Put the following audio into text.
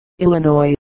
Illinois